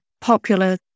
popular